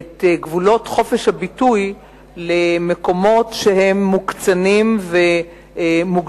את גבולות חופש הביטוי למקומות שהם מוקצנים ומוגזמים.